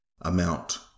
amount